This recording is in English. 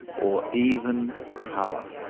or even colour.